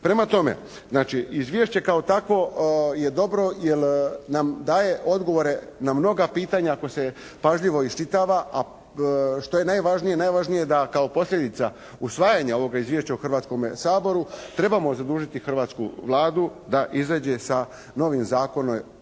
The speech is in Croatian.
Prema tome, znači Izvješće kao takvo je dobro jer nam daje odgovore na mnoga pitanja ako se pažljivo iščitava. A što je najvažnije? Najvažnije je da kao posljedica usvajanja ovog Izvješća u Hrvatskome saboru, trebamo zadužiti hrvatsku Vladu da izađe sa novim Zakonom